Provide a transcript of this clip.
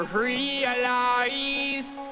realize